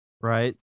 Right